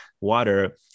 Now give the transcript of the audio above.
water